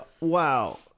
Wow